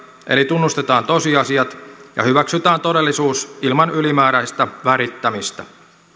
eli tunnustetaan tosiasiat ja hyväksytään todellisuus ilman ylimääräistä värittämistä